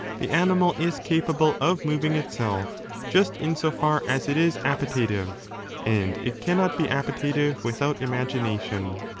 the animal is capable of moving itself just in so far as it is appetitive and it cannot be appetitive without imagination.